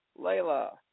Layla